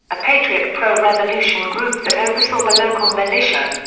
a patriot pro-revolution group that oversaw the local militia.